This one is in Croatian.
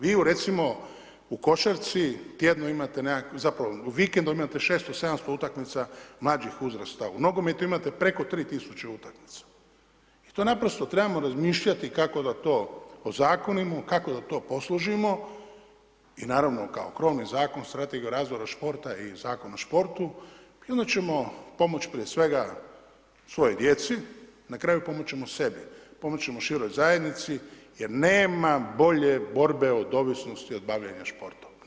Vi u, recimo, u košarci, tjedno imate, zapravo vikendom imate 600-700 utakmica mlađih uzrasta, u nogometu imate preko 3000 utakmica, i to naprosto trebamo razmišljati kako da to ozakonimo, kako da to posložimo i naravno kao krovni Zakon, Strategija o razvoju športa i Zakon o športu, i onda ćemo pomoć prije svega svojoj djeci, na kraju pomoć' ćemo sebi, pomoć' ćemo široj zajednici, jer nema bolje borbe od ovisnosti, od bavljenja športom.